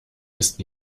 ist